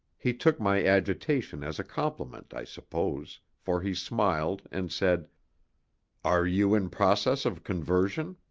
he took my agitation as a compliment, i suppose, for he smiled and said are you in process of conversion?